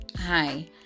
Hi